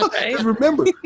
remember